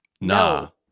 No